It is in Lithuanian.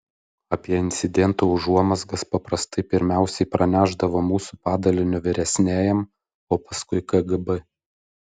apie incidento užuomazgas paprastai pirmiausiai pranešdavo mūsų padalinio vyresniajam o paskui kgb